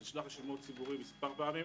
הוא נשלח לשימוע ציבורי מספר פעמים.